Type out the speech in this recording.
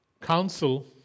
Council